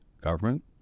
government